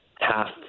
half